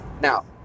Now